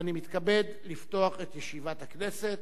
ואני מתכבד לפתוח את ישיבת הכנסת.